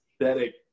aesthetic